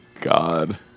God